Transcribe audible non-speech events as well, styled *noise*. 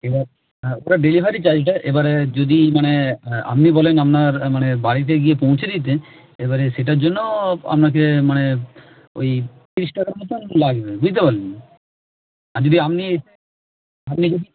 এবার হ্যাঁ ওটা ডেলিভারি চার্জটা এবারে যদি মানে আপনি বলেন আপনার মানে বাড়িতে গিয়ে পৌঁছে দিতে এবারে সেটার জন্য আপনাকে মানে ওই *unintelligible* টাকা মতো লাগবে বুঝতে পারলেন আর যদি আপনি এসে আপনি যদি